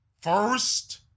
first